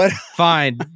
Fine